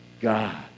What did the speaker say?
God